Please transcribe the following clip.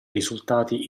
risultati